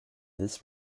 this